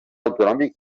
autonòmic